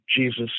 Jesus